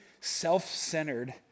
self-centered